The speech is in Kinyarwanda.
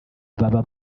baba